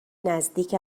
نزدیک